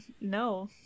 no